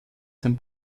sein